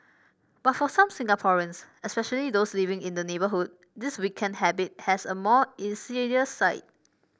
but for some Singaporeans especially those living in the neighbourhood this weekend habit has a more insidious side